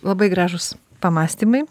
labai gražūs pamąstymai